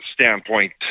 standpoint